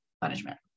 punishment